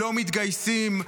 לא מתגייסים,